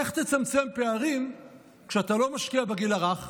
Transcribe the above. איך תצמצם פערים כשאתה לא משקיע בגיל הרך,